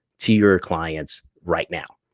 to your clients right now.